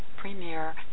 premier